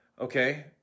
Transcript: Okay